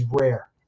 rare